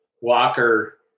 walker